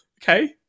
Okay